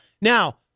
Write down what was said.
Now